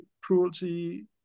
cruelty